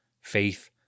faith